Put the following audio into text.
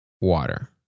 water